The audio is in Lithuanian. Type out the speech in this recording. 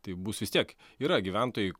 tai bus vis tiek yra gyventojai